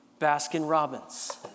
Baskin-Robbins